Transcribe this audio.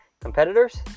competitors